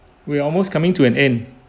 we're almost coming to an end